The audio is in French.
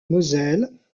moselle